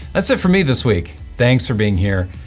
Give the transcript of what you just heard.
that's it for me this week, thanks for being here,